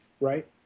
right